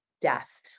death